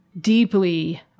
deeply